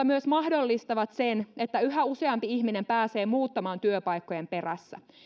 myös mahdollistavat sen että yhä useampi ihminen pääsee muuttamaan työpaikkojen perässä